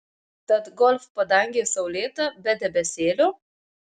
tad golf padangė saulėta be debesėlio